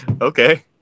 Okay